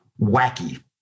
wacky